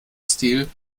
stil